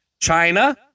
China